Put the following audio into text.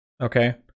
Okay